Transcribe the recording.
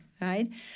right